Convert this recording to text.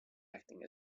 acting